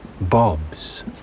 bobs